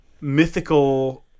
mythical